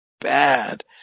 bad